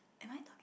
and I'm talking